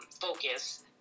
focus